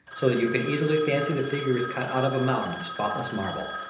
so that you can easily fancy the figure is cut out of a mountain of spotless marble.